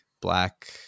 black